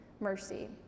mercy